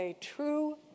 true